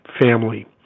family